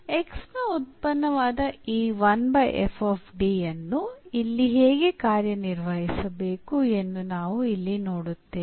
X ನ ಉತ್ಪನ್ನವಾದ ಈ ಯನ್ನು ಇಲ್ಲಿ ಹೇಗೆ ಕಾರ್ಯನಿರ್ವಹಿಸಬೇಕು ಎಂದು ನಾವು ಇಲ್ಲಿ ನೋಡುತ್ತೇವೆ